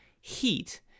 heat